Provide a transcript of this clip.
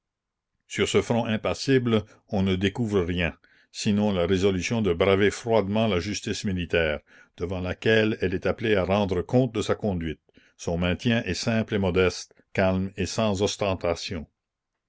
sur ce front impassible on ne découvre rien sinon la résolution de braver froidement la justice militaire devant laquelle elle est appelée à rendre compte de sa conduite son maintien est simple et modeste calme et sans ostentation